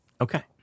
Okay